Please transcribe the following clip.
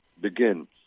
begin